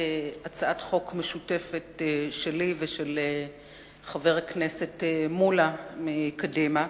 הצעת חוק משותפת שלי ושל חבר הכנסת מולה מקדימה,